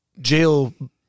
jail